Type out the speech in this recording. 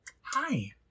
Hi